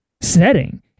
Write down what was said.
setting